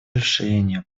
расширения